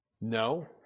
No